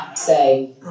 Say